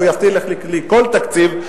הוא יבטיח לי כל תקציב,